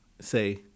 Say